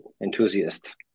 enthusiast